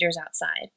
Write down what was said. outside